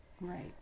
Right